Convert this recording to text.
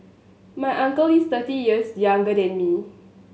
my uncle is thirty years younger than me